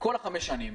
במשך כל חמש השנים.